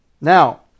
Now